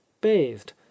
bathed